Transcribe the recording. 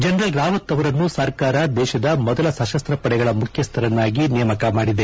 general Rawat ಅವರನ್ನು ಸರ್ಕಾರ ದೇಶದ ಮೊದಲ ಸಶಸ್ತಪಡೆಗಳ ಮುಖ್ಯಸ್ದರನ್ನಾಗಿ ನೇಮಕ ಮಾಡಿದೆ